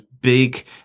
big